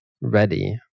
ready